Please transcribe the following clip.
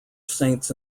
saints